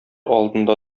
алдында